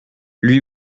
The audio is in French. lui